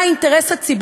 מהו האינטרס הציבורי,